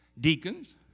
deacons